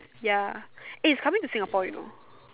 ya eh it's coming to Singapore you know